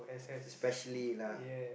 specially lah